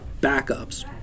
backups